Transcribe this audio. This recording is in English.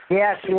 yes